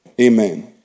amen